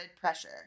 pressure